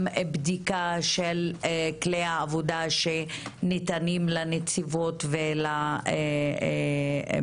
גם בדיקה של כלי העבודה שניתנים לנציבות ולממונות,